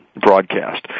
broadcast